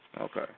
Okay